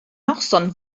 noson